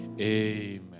Amen